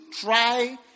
try